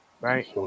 right